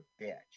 bitch